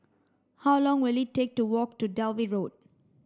how long will it take to walk to Dalvey Road